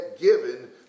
given